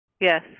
Yes